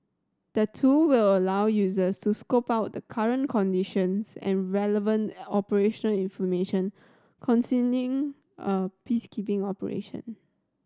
the tool will allow users to scope out the current conditions and relevant operation information concerning a peacekeeping operation